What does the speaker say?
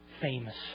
famous